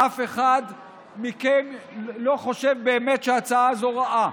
אף אחד מכם לא חושב באמת שההצעה הזו רעה.